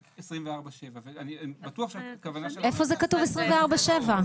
24/7 ואני בטוח שהכוונה -- איפה זה כתוב 24/7?